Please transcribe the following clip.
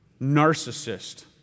narcissist